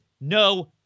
no